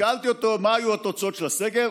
שאלתי אותו: מה היו התוצאות של הסקר?